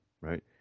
right